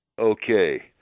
Okay